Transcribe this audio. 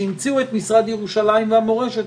כשהמציאו את משרד ירושלים והמורשת,